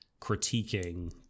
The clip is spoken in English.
critiquing